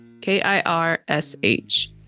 K-I-R-S-H